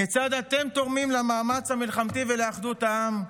כיצד אתם תורמים למאמץ המלחמתי ולאחדות העם?